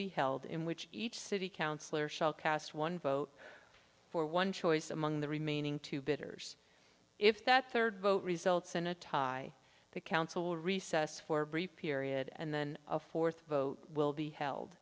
be held in which each city councilor shall cast one vote for one choice among the remaining two bidders if that third vote results in a tie the council will recess for a brief period and then a fourth vote will be held